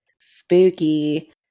Spooky